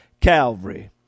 Calvary